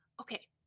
okay